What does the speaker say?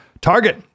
Target